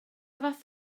fath